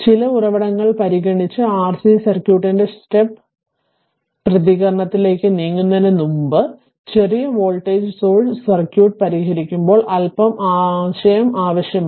ചില ഉറവിടങ്ങൾ പരിഗണിച്ച് RC സർക്യൂട്ടിന്റെ സ്റ്റെപ്പ് പ്രതികരണത്തിലേക്ക് നീങ്ങുന്നതിന് മുമ്പ് ചെറിയ വോൾട്ടേജ് സോഴ്സ് സർക്യൂട്ട് പരിഹരിക്കുമ്പോൾ അല്പം ആശയം ആവശ്യമാണ്